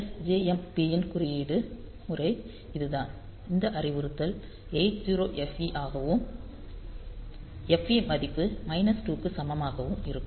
sjmp இன் குறியீட்டு முறை இதுதான் இந்த அறிவுறுத்தல் 80 FE ஆகவும் FE மதிப்பு மைனஸ் 2 க்கு சமமாகவும் இருக்கும்